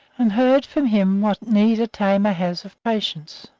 and heard from him what need a tamer has of patience.